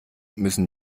müssen